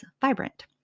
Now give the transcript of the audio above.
vibrant